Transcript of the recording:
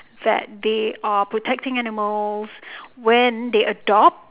that they are protecting animals when they adopt